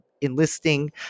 enlisting